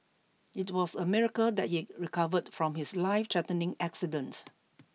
it was a miracle that he recovered from his lifethreatening accident